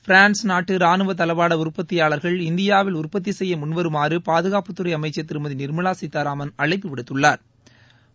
France நாட்டு ராணுவ தளவாட உற்பத்தியாளர்கள் இந்தியாவில் உற்பத்தி செய்ய முன்வருமாறு பாதுகாப்புத்துறை அமைச்சா் திருமதி நிாமலா சீதாராமன் அழை்பபுவிடுத்துள்ளாா்